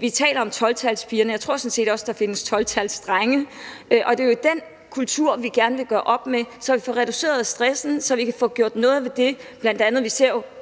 Vi taler om 12-talspiger, men jeg tror sådan set også, at der findes 12-talsdrenge. Det er jo den kultur, vi gerne vil gøre op med, så vi får reduceret stressen, så vi kan få gjort noget ved det – bl.a. det, at vi ser,